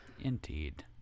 Indeed